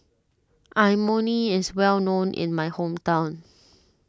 Imoni is well known in my hometown